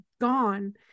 gone